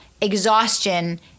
exhaustion